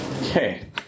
Okay